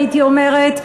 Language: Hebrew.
הייתי אומרת,